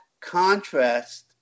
contrast